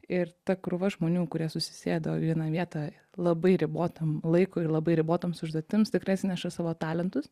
ir ta krūva žmonių kurie susisėdo į vieną vietą labai ribotam laikui ir labai ribotoms užduotims tikrai atsineša savo talentus